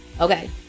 Okay